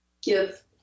give